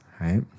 right